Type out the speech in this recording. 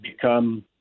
become